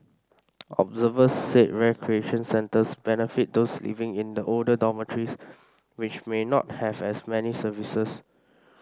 observers said recreation centres benefit those living in the older dormitories which may not have as many services